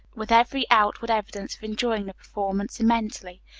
with every outward evidence of enjoying the performance immensely.